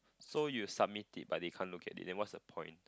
so you submit it but they can't look at it then what's the point